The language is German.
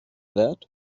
wert